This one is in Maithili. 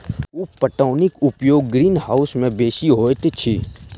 उप पटौनीक उपयोग ग्रीनहाउस मे बेसी होइत अछि